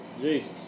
Jesus